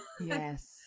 yes